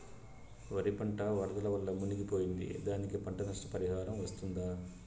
వరి పంట వరదల వల్ల మునిగి పోయింది, దానికి పంట నష్ట పరిహారం వస్తుందా?